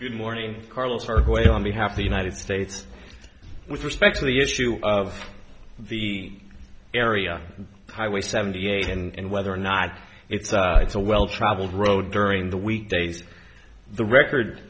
good morning carlos for the way on behalf of the united states with respect to the issue of the area highway seventy eight and whether or not it's it's a well traveled road during the weekdays the record